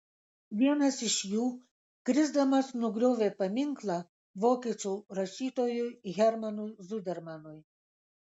vienas iš jų krisdamas nugriovė paminklą vokiečių rašytojui hermanui zudermanui